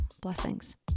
Blessings